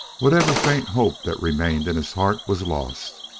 whatever faint hope that remained in his heart was lost.